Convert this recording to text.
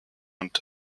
und